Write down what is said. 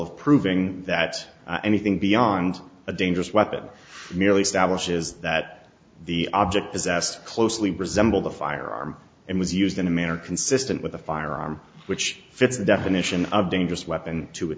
of proving that anything beyond a dangerous weapon merely establishes that the object possessed closely resemble the firearm and was used in a manner consistent with a firearm which fits the definition of dangerous weapon to